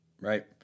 Right